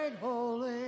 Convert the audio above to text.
holy